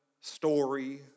story